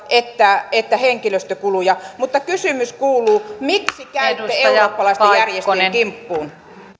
että että henkilöstökuluja mutta kysymys kuuluu miksi käytte eurooppalaisten järjestöjen kimppuun